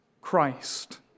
Christ